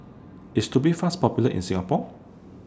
IS Tubifast Popular in Singapore